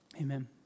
Amen